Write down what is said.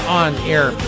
on-air